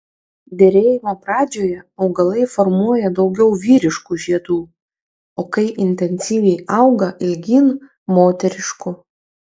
derėjimo pradžioje augalai formuoja daugiau vyriškų žiedų o kai intensyviai auga ilgyn moteriškų